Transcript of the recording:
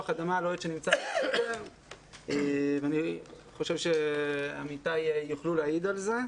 האדמה הלוהט שנמצא בחדר ואני חושב שעמיתיי יוכלו להעיד על זה.